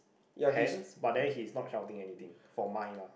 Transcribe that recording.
hands but then he's not shouting anything for mine lah